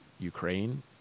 Ukraine